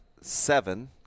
seven